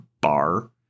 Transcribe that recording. bar